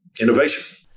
innovation